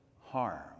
harm